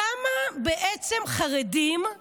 כמה חרדים בעצם